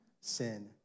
sin